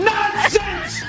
Nonsense